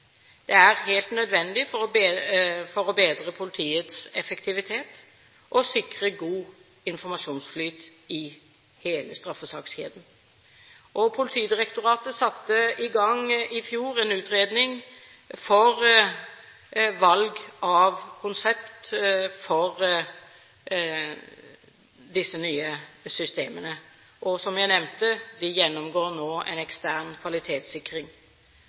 Det er helt nødvendig for å bedre politiets effektivitet og sikre god informasjonsflyt i hele straffesakskjeden. Politidirektoratet satte i fjor i gang en utredning for valg av konsept for disse nye systemene, og – som jeg nevnte – de gjennomgår nå en ekstern kvalitetssikring.